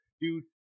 dude